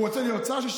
הוא רוצה להיות שר?